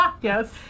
Yes